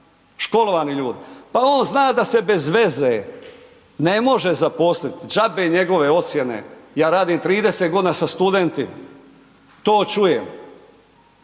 školovani ljudi? Pa on zna da se bez veze ne može zaposliti, džabe njegove ocjene, ja radim 30 godina sa studentima, to čujem.